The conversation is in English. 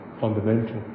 fundamental